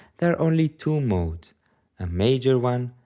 there are only two modes a major one,